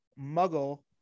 muggle